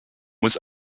was